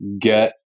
get